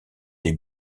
des